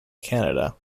canada